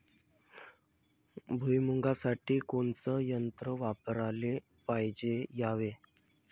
भुइमुगा साठी कोनचं तंत्र वापराले पायजे यावे?